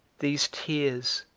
these tears,